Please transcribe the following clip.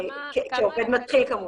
כעובד מתחיל כמובן.